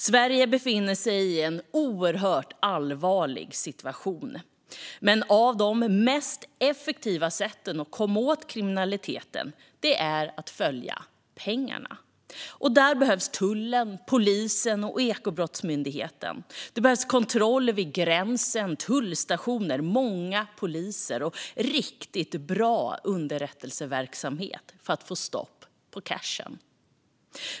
Sverige befinner sig i en oerhört allvarlig situation. Men ett av de effektivaste sätten att komma åt kriminaliteten är att följa pengarna. Där behövs tullen, polisen och Ekobrottsmyndigheten. Det behövs kontroll vid gränsen, tullstationer, många poliser och riktigt bra underrättelseverksamhet för att få stopp på cashen.